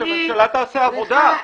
אבל שהממשלה תעשה עבודה.